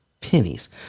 pennies